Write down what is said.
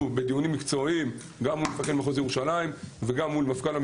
בדיונים מקצועיים עם מפקד מחוז ירושלים ומפכ"ל